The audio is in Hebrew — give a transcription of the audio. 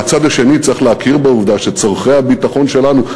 והצד השני צריך להכיר בעובדה שצורכי הביטחון שלנו,